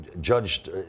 judged